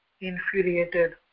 infuriated